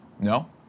No